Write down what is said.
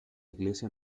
iglesia